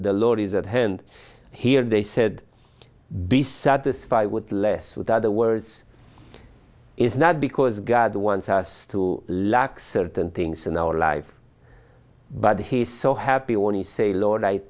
the lord is at hand here they said be satisfied with less with other words is not because god wants us to lack certain things in our life but he is so happy when he say lord i